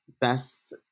best